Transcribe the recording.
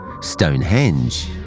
Stonehenge